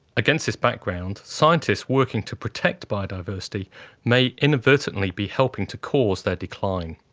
against this background, scientists working to protect biodiversity may inadvertently be helping to cause their decline.